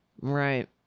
right